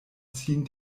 sin